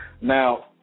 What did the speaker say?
Now